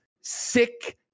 sick